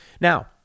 Now